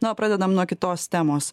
na o pradedam nuo kitos temos